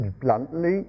bluntly